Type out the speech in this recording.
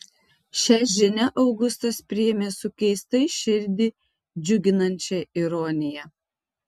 šią žinią augustas priėmė su keistai širdį džiuginančia ironija